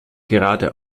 gerade